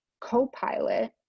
co-pilot